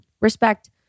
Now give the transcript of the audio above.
Respect